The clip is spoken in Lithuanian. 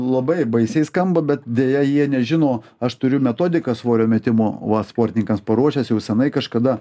labai baisiai skamba bet deja jie nežino aš turiu metodiką svorio metimo va sportininkams paruošęs jau senai kažkada